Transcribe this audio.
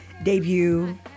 debut